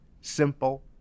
simple